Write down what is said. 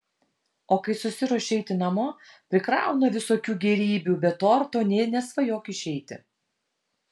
o kai susiruošia eiti namo prikrauna visokių gėrybių be torto nė nesvajok išeiti